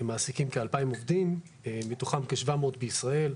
מעסיקים כ-2,000 עובדים, מתוכם כ-700 בישראל,